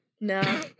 No